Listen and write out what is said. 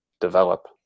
develop